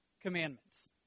commandments